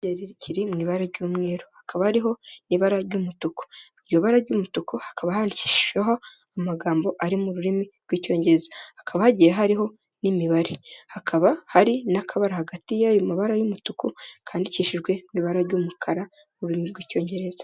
Kiri mwi bara ry'umweru hakaba hariho ni ibara ry'umutuku iryo bara ry'umutuku hakaba handikishijeho amagambo ari mu rurimi rw'icyongereza hakaba hagiye hariho n'imibare hakaba hari n'akabara hagati yayo mabara y'umutuku kandikishijwe mu ibara ry'umukara rurimi rw'icyongereza.